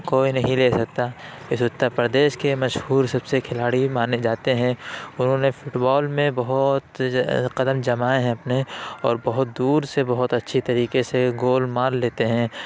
کوئی نہیں لے سکتا اس اتر پردیش کے مشہور سب سے کھلاڑی مانے جاتے ہیں انہوں نے فٹبال میں بہت قدم جمائے ہیں اپنے اور بہت دور سے بہت اچھی طریقے سے گول مار لیتے ہیں